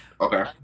Okay